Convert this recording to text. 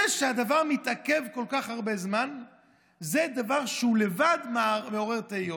זה שהדבר מתעכב כל כך הרבה זמן זה דבר שהוא לבד מעורר תהיות.